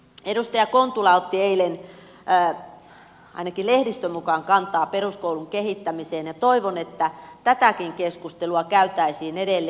edustaja kontula otti eilen ainakin lehdistön mukaan kantaa peruskoulun kehittämiseen ja toivon että tätäkin keskustelua käytäisiin edelleen